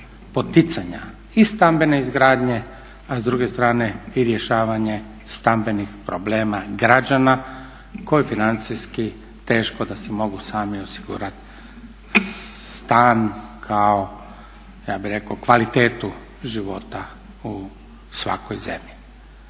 poticanja i stambene izgradnje a s druge strane i rješavanje stambenih problema građana koji financijski teško da si mogu sami osigurati stan kao ja bih rekao kvalitetu života u svakoj zemlji.